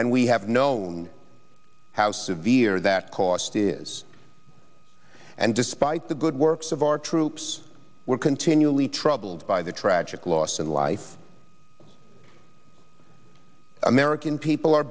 and we have known how severe that cost is and despite the good works of our troops were continually troubled by the tragic loss of life american people are